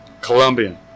Colombian